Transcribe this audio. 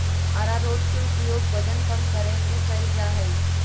आरारोट के उपयोग वजन कम करय में कइल जा हइ